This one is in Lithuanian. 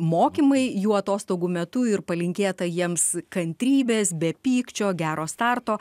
mokymai jų atostogų metu ir palinkėta jiems kantrybės be pykčio gero starto